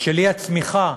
של אי-צמיחה,